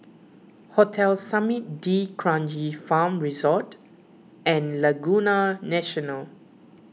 Hotel Summit D'Kranji Farm Resort and Laguna National